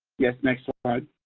yes, next slide.